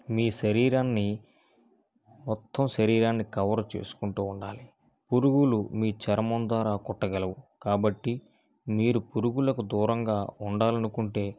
మీ శరీరాన్ని మొత్తం శరీరాన్ని కవర్ చేసుకుంటూ ఉండాలి పురుగులు మీ చర్మం ద్వారా కుట్టగలవు కాబట్టి మీరు పురుగులకు దూరంగా ఉండాలనుకుంటే